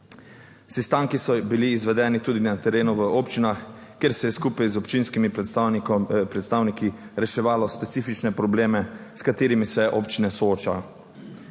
Sestanki so bili izvedeni tudi na terenu, v občinah, kjer se je skupaj z občinskimi predstavniki reševalo specifične probleme, s katerimi se občine soočajo.